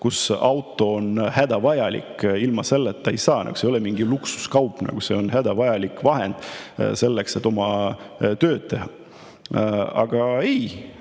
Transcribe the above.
kus auto on hädavajalik, ilma selleta ei saa. See ei ole mingi luksuskaup, see on hädavajalik vahend selleks, et oma tööd teha. Aga ei,